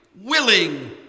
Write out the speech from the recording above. willing